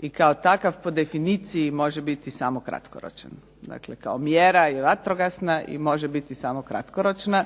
i ako takav po definiciji može biti kratkoročan, dakle kao mjera i vatrogasna i može biti samo kratkoročna,